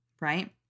right